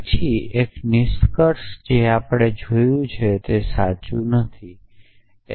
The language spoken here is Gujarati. પછી એક નિષ્કર્ષ જે આપણે જોયો છે તે સાચું છે કે નહીં